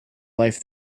life